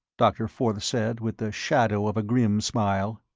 dr. forth said with the shadow of a grim smile.